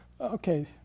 Okay